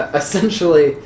essentially